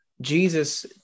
Jesus